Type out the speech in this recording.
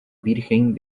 virgen